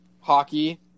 hockey